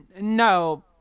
No